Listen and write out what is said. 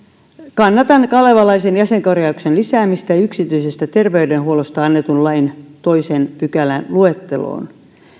kannatan kalevalaisen jäsenkorjauksen lisäämistä yksityisestä terveydenhuollosta annetun lain toisen pykälän luetteloon